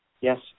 yes